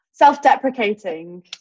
self-deprecating